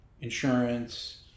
insurance